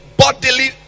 bodily